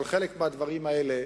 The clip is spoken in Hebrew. אבל חלק מהדברים האלה,